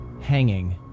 hanging